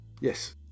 yes